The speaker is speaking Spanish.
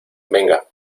venga